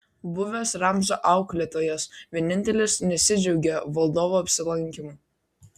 buvęs ramzio auklėtojas vienintelis nesidžiaugė valdovo apsilankymu